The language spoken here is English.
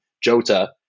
Jota